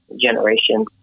generation